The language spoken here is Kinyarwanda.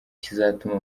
kizatuma